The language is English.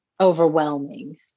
overwhelming